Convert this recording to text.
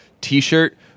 t-shirt